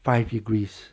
five degrees